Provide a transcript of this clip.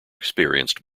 experienced